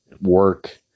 work